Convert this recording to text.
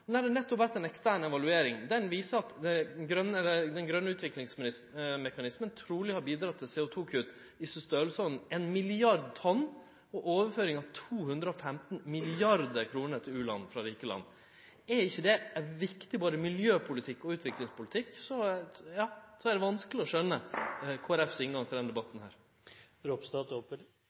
har det nettopp vore ei ekstern evaluering. Den viser at Den grønne utviklingsmekanismen truleg har bidratt til CO2-kutt i storleiken ein milliard tonn og overføring av 215 mrd. kr til u-land frå rike land. Om ikkje det er viktig både miljøpolitikk og utviklingspolitikk, er det vanskeleg å skjøne Kristeleg Folkepartis inngang til denne debatten.